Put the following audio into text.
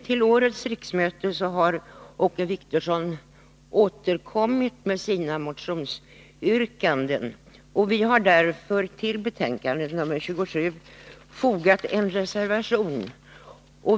Till årets riksmöte har Åke Wictorsson återkommit med sina motionsyrkanden, och vi har därför till betänkande nr 27 fogat en reservation.